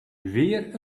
weer